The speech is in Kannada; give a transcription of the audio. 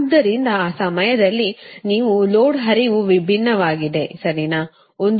ಆದ್ದರಿಂದ ಆ ಸಮಯದಲ್ಲಿ ನೀವು ಲೋಡ್ ಹರಿವು ವಿಭಿನ್ನವಾಗಿದೆ ಸರಿ